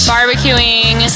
Barbecuing